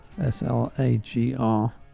S-L-A-G-R